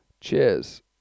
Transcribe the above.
Cheers